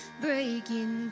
breaking